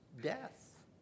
death